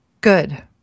Good